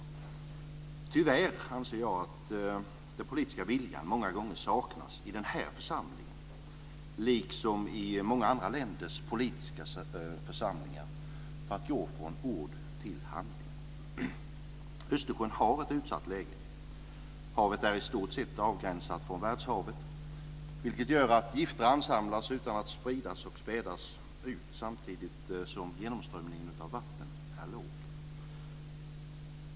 Jag anser att den politiska viljan att gå från ord till handling tyvärr många gånger saknas i den här församlingen, liksom i många andra länders politiska församlingar. Östersjön har ett utsatt läge. Havet är i stort sett avgränsat från världshavet, vilket gör att gifter ansamlas utan att spridas och spädas, samtidigt som genomströmningen av vatten är låg.